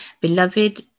beloved